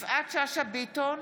יפעת שאשא ביטון,